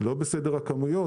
לא בסדר הכמויות,